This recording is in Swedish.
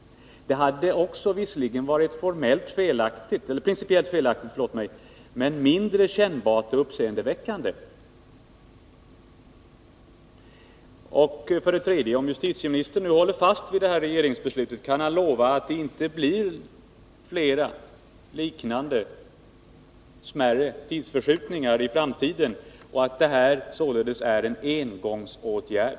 Det hade visserligen också varit principiellt felaktigt, men mindre kännbart och uppseendeväckande. För det tredje: Om justitieministern nu håller fast vid regeringsbeslutet, kan han då lova att det inte blir flera liknande smärre tidsförskjutningar i framtiden och att det här således är en engångsåtgärd?